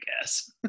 guess